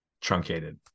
truncated